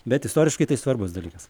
bet istoriškai tai svarbus dalykas